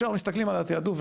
כשאנחנו מסתכלים על התיעדוף,